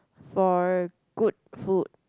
for good food